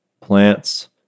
plants